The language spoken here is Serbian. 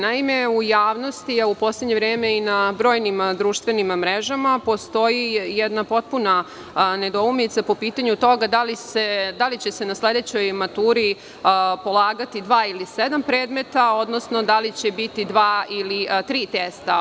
Naime, u javnosti, ali i u poslednje vreme i na brojnim društvenim mrežama postoji jedna potpuna nedoumica po pitanju toga da li će se na sledećoj maturi polagati dva ili sedam predmeta, odnosno da li će biti dva ili tri testa.